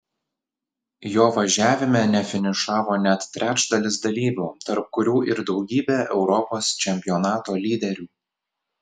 jo važiavime nefinišavo net trečdalis dalyvių tarp kurių ir daugybė europos čempionato lyderių